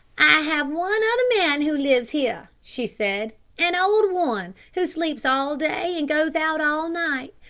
i have one other man who lives here, she said. an old one, who sleeps all day and goes out all night.